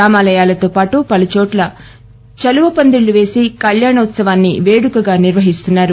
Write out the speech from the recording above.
రామాయాతో పాటు పుచోట్ల చువ పందిల్లు పేసి కళ్యాణోత్సవాన్ని పేడుకగా నిర్వహిస్తున్నారు